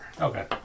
Okay